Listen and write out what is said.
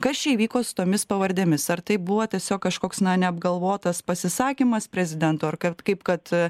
kas čia įvyko su tomis pavardėmis ar tai buvo tiesiog kažkoks neapgalvotas pasisakymas prezidento ar kad kaip kad